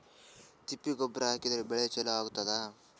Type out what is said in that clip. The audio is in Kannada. ತಿಪ್ಪಿ ಗೊಬ್ಬರ ಹಾಕಿದ್ರ ಬೆಳಿ ಚಲೋ ಆಗತದ?